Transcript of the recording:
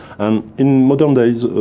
and in modern days,